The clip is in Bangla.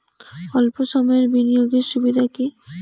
অল্প সময়ের বিনিয়োগ এর সুবিধা কি?